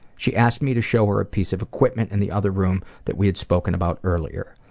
she asked me to show her a piece of equipment in the other room that we had spoken about earlier.